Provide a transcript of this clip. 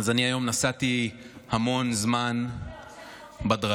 אני היום נסעתי המון זמן בדרכים.